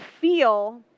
feel